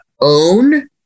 own